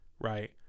Right